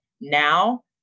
now